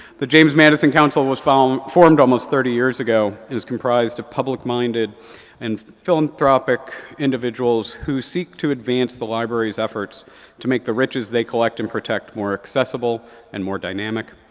the james madison council was formed formed almost thirty years ago. it is comprised of public-minded and philanthropic individuals who seek to advance the library's efforts to make the riches they collect and protect more accessible and more dynamic.